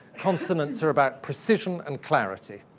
consonants are about precision and clarity.